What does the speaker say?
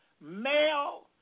male